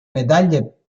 medaglie